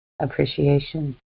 appreciation